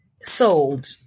sold